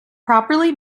properly